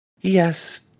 Yes